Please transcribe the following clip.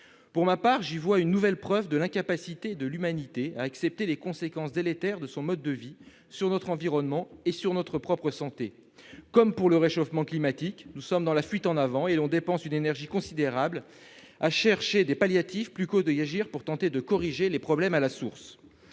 Pour ma part, j'y vois une nouvelle preuve de l'incapacité de l'humanité à accepter les conséquences délétères de son mode de vie sur notre environnement et sur notre propre santé. Comme pour le réchauffement climatique, nous préférons fuir en avant : on dépense une énergie considérable à chercher des palliatifs, plutôt que d'agir pour tenter de corriger les problèmes à la source.